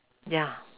ya